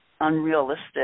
unrealistic